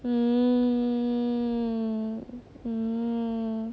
hmm hmm